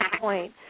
point